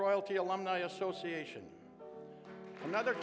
royalty alumni association another